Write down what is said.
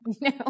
no